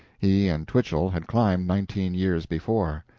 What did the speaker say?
he and twichell had climbed nineteen years before.